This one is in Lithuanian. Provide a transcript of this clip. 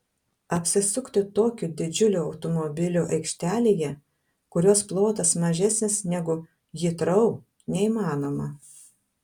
apsisukti tokiu didžiuliu automobiliu aikštelėje kurios plotas mažesnis negu hitrou neįmanoma